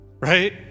right